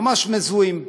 ממש מזוהים.